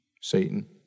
Satan